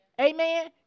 Amen